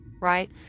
right